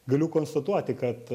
galiu konstatuoti kad